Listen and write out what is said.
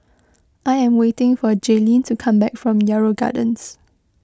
I am waiting for Jayleen to come back from Yarrow Gardens